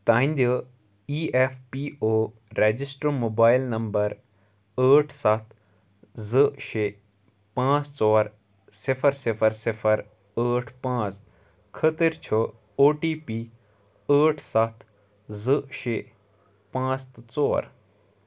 تہنٛدِ E F P O register mobile number ٲٹھ سَتھ زٕ شےٚ پانٛژھ ژور صِفر صِفر صِفر ٲٹھ پانٛژھ خٲطر چھُ او ٹی پی ٲٹھ سَتھ زٕ شےٚ پانٛژھ تہٕ ژور